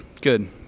Good